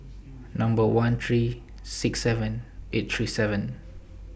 Number one three six seven eight three seven